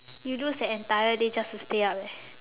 you lose the entire day just to stay up leh